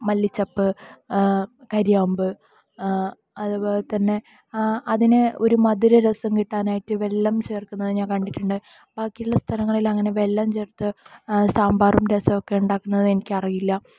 അതിലെ ഈ ഒരു മല്ലിച്ചപ്പ് കരിയാബ് അതുപോലെതന്നെ അതിന് ഒര് മധുര രസം കിട്ടാൻ ആയിട്ട് വെല്ലം ചേർക്കുന്നത് ഞാൻ കണ്ടിട്ടുണ്ട് ബാക്കിയുള്ള സ്ഥലങ്ങളിൽ വെല്ലം ചേർത്ത് സാമ്പാറും രസവുമൊക്കെ ഉണ്ടാക്കുന്നത് എനിക്ക് അറിയില്ല